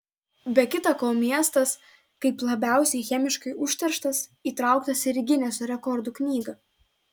be kitą ko miestas kaip labiausiai chemiškai užterštas įtraukas ir į gineso rekordų knygą